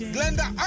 Glenda